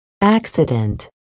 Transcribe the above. Accident